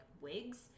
wigs